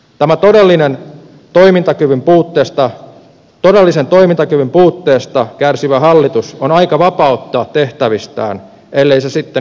tämä todellisen toimintakyvyn puutteesta kärsivä hallitus on aika vapauttaa tehtävistään ellei se sitten itse sitä tee